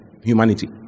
humanity